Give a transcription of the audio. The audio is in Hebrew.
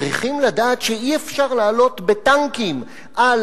צריכים לדעת שאי-אפשר לעלות בטנקים על